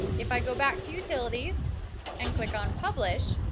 if i go back to utilities and click on publish,